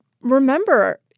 remember